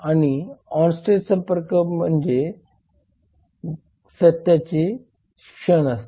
आणि ऑनस्टेज संपर्क म्हणजे सत्याचे क्षण असते